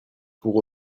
pour